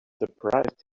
surprised